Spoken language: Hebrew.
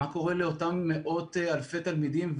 מה קורה לאותם מאות אלפי תלמידים?